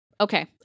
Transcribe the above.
Okay